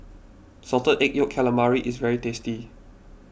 Salted Egg Yolk Calamari is very tasty